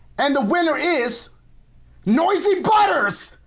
and the winner is noisy butters!